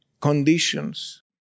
conditions